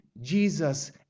Jesus